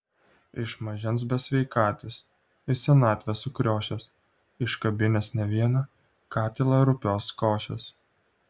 iš mažens besveikatis į senatvę sukriošęs iškabinęs ne vieną katilą rupios košės